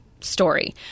story